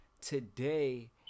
Today